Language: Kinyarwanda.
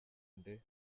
nde